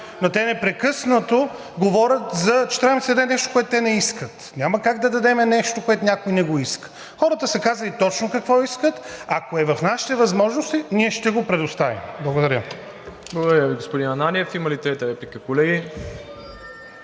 но те непрекъснато говорят, че трябва да им се даде нещо, което те не искат. Няма как да дадем нещо, което някой не иска. Хората са казали точно какво искат. Ако е в нашите възможности, ние ще го предоставим. Благодаря. ПРЕДСЕДАТЕЛ МИРОСЛАВ ИВАНОВ: Благодаря Ви, господин Ананиев. Има ли трета реплика, колеги?